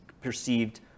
Perceived